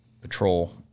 patrol